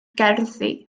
gerddi